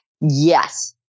Yes